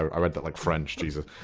i read that like french, jesus.